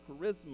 charisma